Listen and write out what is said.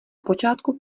počátku